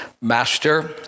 master